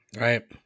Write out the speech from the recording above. right